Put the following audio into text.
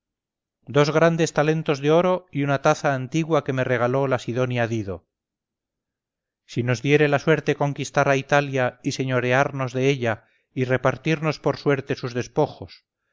dos grandes talentos de oro y una taza antigua que me regaló la sidonia dido si nos diere la suerte conquistar a italia y señorearnos de ella y repartirnos por suerte sus despojos